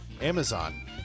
Amazon